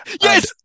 yes